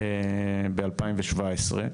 ב-2017,